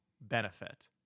benefit